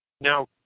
Now